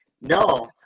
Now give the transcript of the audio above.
no